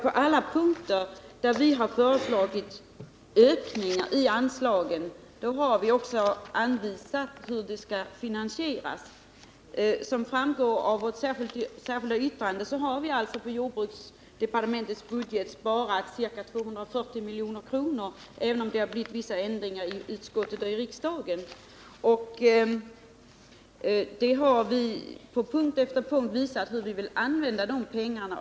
På alla punkter där vi har föreslagit en ökning av anslagen har vi också anvisat hur de skall finansieras. Som framgår av vårt särskilda yttrande har vi alltså på jordbruksdepartementets budget sparat ca 240 milj.kr., även om det har blivit vissa ändringar i utskottet och i riksdagen. På punkt efter punkt har vi visat hur vi vill använda pengarna.